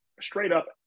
straight-up